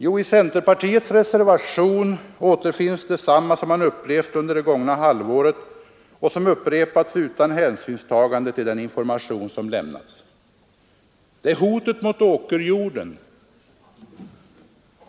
Jo, i centerpartiets reservation återfinns desamma som man upplevt under det gångna halvåret och som upprepats utan hänsynstagande till den information som lämnats. Det är hotet mot åkerjorden.